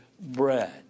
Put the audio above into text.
bread